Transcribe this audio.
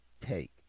take